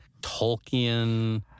Tolkien